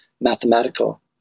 mathematical